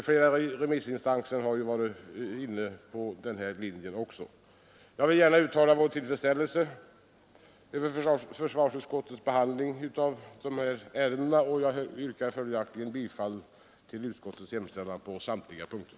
Flera remissinstanser har varit inne på denna linje. Jag vill gärna uttala vår tillfredsställelse över försvarsutskottets behandling av dessa ärenden, och jag yrkar följaktligen bifall till utskottets hemställan på samtliga punkter.